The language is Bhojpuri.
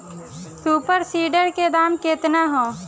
सुपर सीडर के दाम केतना ह?